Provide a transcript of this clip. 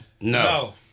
No